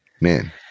man